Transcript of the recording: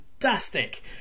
fantastic